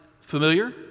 familiar